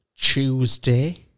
Tuesday